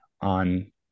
on